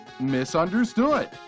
misunderstood